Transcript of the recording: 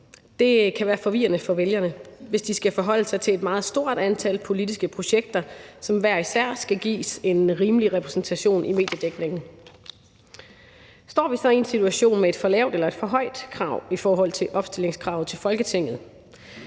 Det kan være forvirrende for vælgerne, hvis de skal forholde sig til et meget stort antal politiske projekter, som hver især skal gives en rimelig repræsentation i mediedækningen. Står vi så i en situation med et for lavt eller et for højt krav i forhold til opstillingskravet til Folketinget?